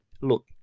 look